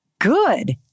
good